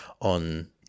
on